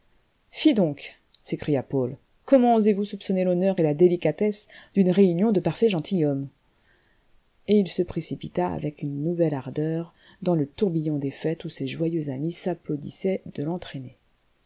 fi donc s'écria paul comment osez-vous soupçonner l'honneur et la délicatesse d'une réunion de parfaits gentilshommes et il se précipita avec une nouvelle ardeur dans le tourbillon des fêtes où ses joyeux amis s'applaudissaient de l'entraîner